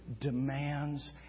demands